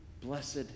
Blessed